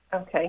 okay